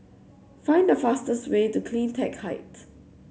find the fastest way to Cleantech Height